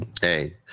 Hey